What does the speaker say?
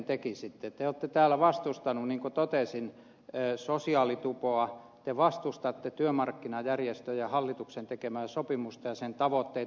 te olette täällä vastustanut niin kuin totesin sosiaalitupoa te vastustatte työmarkkinajärjestöjen ja hallituksen tekemää sopimusta ja sen tavoitteita